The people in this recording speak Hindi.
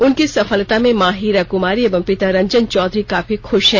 उनकी इस सफलता से मां हीरा कुमारी एवं पिता रंजन चौधरी काफी खुश हैं